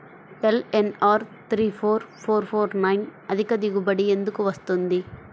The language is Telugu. LNR three four four four nine అధిక దిగుబడి ఎందుకు వస్తుంది?